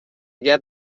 gat